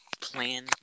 plan